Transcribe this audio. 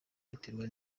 biterwa